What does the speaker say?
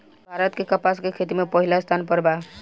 भारत के कपास के खेती में पहिला स्थान पर बा